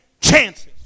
chances